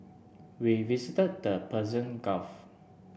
we visited the Persian Gulf